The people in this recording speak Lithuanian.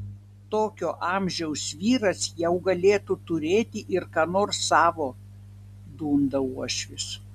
tokio amžiaus vyras jau galėtų turėti ir ką nors savo dunda uošvis